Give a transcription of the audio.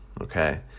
okay